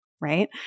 Right